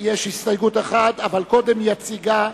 יש הסתייגות אחת, אבל קודם יציגה